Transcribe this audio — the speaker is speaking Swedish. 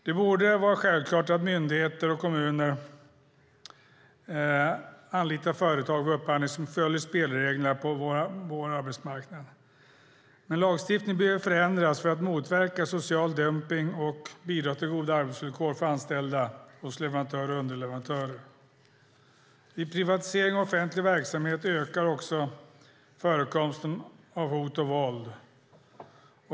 Det borde vara självklart att myndigheter och kommuner anlitar företag vid upphandling som följer spelreglerna på vår arbetsmarknad. Lagstiftningen behöver förändras för att motverka social dumpning och bidra till goda arbetsvillkor för anställda hos leverantörer och underleverantörer. Vid privatisering av offentlig verksamhet ökar också förekomsten av hot och våld.